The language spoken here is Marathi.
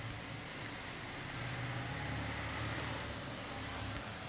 कोनत्या हंगामात भुईमुंगाले जास्त आवक मिळन?